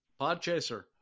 Podchaser